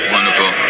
Wonderful